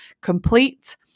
complete